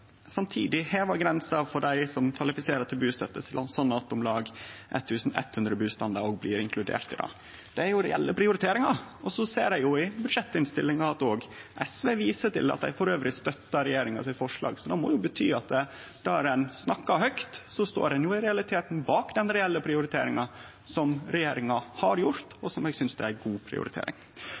heva grensa for dei som kvalifiserer til bustøtte, slik at om lag 1 100 husstandar blir inkluderte. Det er reelle prioriteringar. Så ser eg i budsjettinnstillinga at SV viser til at dei støttar regjeringa sitt forslag, og det må bety at der ein har snakka høgt, står ein i realiteten bak den reelle prioriteringa som regjeringa har gjort, og som eg synest er ei god prioritering.